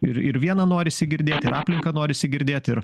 ir ir vieną norisi girdėti ir aplinką norisi girdėti ir